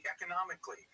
economically